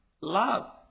love